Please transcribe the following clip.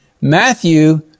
Matthew